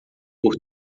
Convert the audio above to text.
por